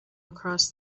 across